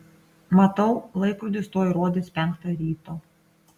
matau laikrodis tuoj rodys penktą ryto